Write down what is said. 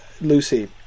Lucy